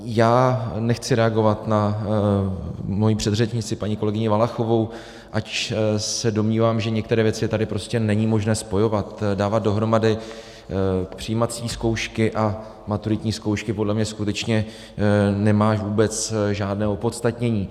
Já nechci reagovat na svoji předřečnici paní kolegyni Valachovou, ač se domnívám, že některé věci tady prostě není možné spojovat, dávat dohromady přijímací zkoušky a maturitní zkoušky podle mě skutečně nemá vůbec žádné opodstatnění.